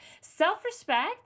Self-respect